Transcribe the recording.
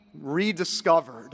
rediscovered